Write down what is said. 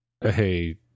hey